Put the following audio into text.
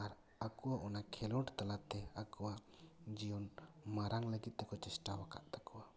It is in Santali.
ᱟᱨ ᱟᱠᱚ ᱚᱱᱟ ᱠᱷᱮᱞᱳᱰ ᱛᱟᱞᱟᱛᱮ ᱟᱠᱚᱣᱟᱜ ᱡᱤᱭᱚᱱ ᱢᱟᱨᱟᱝ ᱞᱟᱹᱜᱤᱫ ᱛᱮᱠᱚ ᱪᱮᱥᱴᱟ ᱟᱠᱟᱫᱟ ᱛᱟᱠᱚᱣᱟ ᱢᱮᱱᱠᱷᱟᱱ ᱯᱟᱹᱴᱷᱩᱣᱟᱹ ᱠᱚ